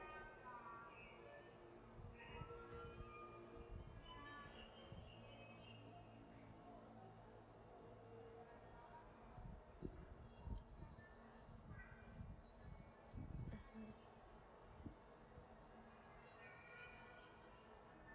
mmhmm